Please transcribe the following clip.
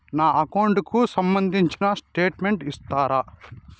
నా అకౌంట్ కు సంబంధించిన స్టేట్మెంట్స్ ఇస్తారా